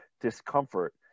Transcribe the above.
discomfort